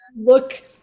look